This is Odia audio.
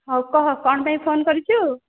ହଉ କହ କ'ଣ ପାଇଁ ଫୋନ୍ କରିଛୁ